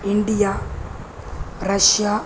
India Russia